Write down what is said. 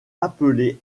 appelé